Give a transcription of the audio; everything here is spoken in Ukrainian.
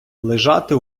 лежати